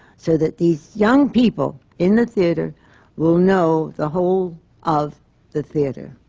so that these young people in the theatre will know the whole of the theatre.